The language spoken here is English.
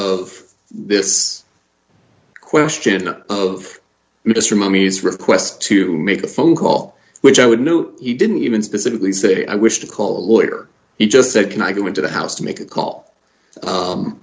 of this question of mr mommy's request to make a phone call which i would note he didn't even specifically say i wish to call a lawyer he just said can i go into the house to make a call